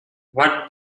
what